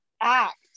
act